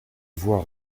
voir